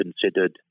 considered